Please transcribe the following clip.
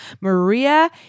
Maria